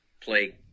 play